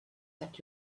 that